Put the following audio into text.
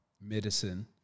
medicine